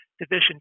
Division